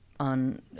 on